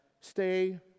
Stay